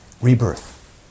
rebirth